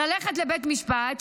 ללכת לבית משפט,